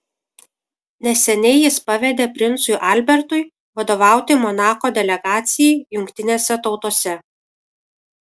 neseniai jis pavedė princui albertui vadovauti monako delegacijai jungtinėse tautose